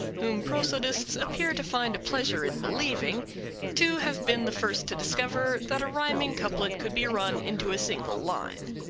whom prosodists appear to find a pleasure in believing to have been the first to discover that a rhyming couplet could be run into a single line.